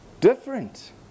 different